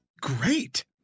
great